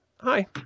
hi